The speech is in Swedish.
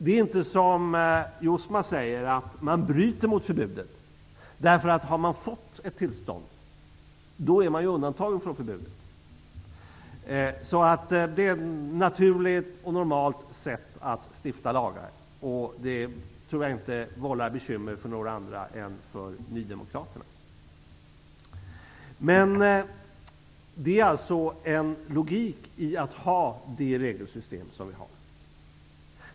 Det är inte som Robert Jousma säger, att man bryter mot förbudet. Han man fått ett tillstånd, är man undantagen från förbudet. Det är ett naturligt och normalt sätt att stifta lagar på. Det vållar nog inte bekymmer för några andra än nydemokraterna. Det finns en logik i att ha det regelsystem vi har.